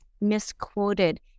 misquoted